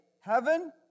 heaven